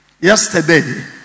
yesterday